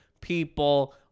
people